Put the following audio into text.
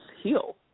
heal